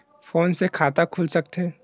Phone से खाता खुल सकथे?